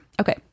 Okay